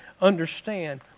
understand